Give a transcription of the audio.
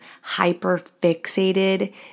hyper-fixated